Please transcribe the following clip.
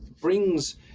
brings